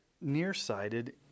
nearsighted